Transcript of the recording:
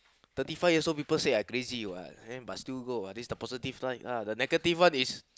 thirty five years old say I crazy [what] then but still go this the positive light but the negative one is